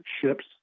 ships